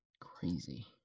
Crazy